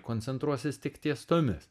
koncentruosis tik ties tomis